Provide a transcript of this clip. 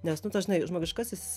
nes nu tas žinai žmogiškasis